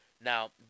now